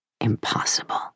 Impossible